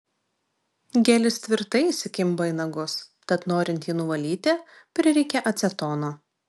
gelis tvirtai įsikimba į nagus tad norint jį nuvalyti prireikia acetono